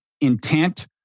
intent